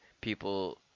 people